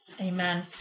Amen